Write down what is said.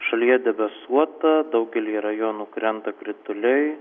šalyje debesuota daugelyje rajonų krenta krituliai